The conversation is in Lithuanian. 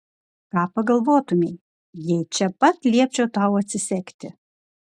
ką pagalvotumei jei čia pat liepčiau tau atsisegti